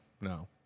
no